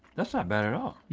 that's not bad at all. yeah